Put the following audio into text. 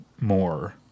more